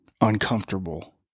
uncomfortable